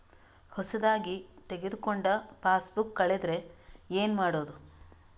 ಹೊಸದಾಗಿ ತೆಗೆದುಕೊಂಡ ಪಾಸ್ಬುಕ್ ಕಳೆದರೆ ಏನು ಮಾಡೋದು?